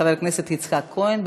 חבר הכנסת יצחק כהן.